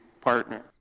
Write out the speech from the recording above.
partner